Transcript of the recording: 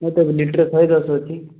ଏବେ ତ ଲିଟର ଶହେ ଦଶ ଅଛି